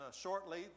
shortly